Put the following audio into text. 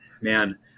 man